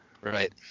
right